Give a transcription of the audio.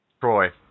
Troy